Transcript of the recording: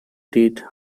did